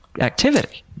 activity